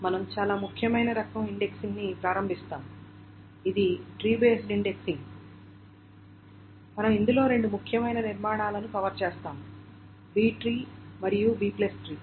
మనము ఇందులో రెండు ముఖ్యమైన నిర్మాణాలను కవర్ చేస్తాము B ట్రీ మరియు B ట్రీ